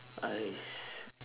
!hais!